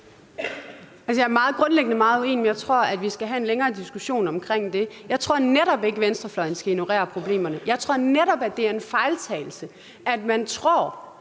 Jeg er grundlæggende meget uenig, men jeg tror, at vi skal have en længere diskussion om det. Jeg tror netop ikke, at venstrefløjen skal ignorere problemerne. Jeg tror netop, det er en fejltagelse, at man tror,